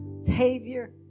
Savior